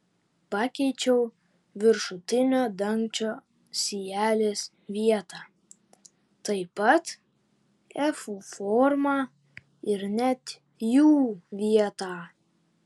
pakeičiau viršutinio dangčio sijelės vietą taip pat efų formą ir net jų vietą